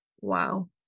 Wow